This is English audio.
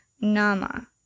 Nama